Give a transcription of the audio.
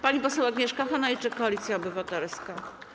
Pani poseł Agnieszka Hanajczyk, Koalicja Obywatelska.